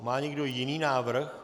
Má někdo jiný návrh?